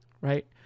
right